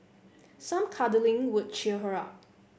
some cuddling would cheer her up